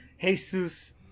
Jesus